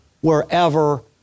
wherever